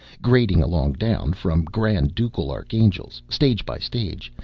grading along down from grand-ducal archangels, stage by stage,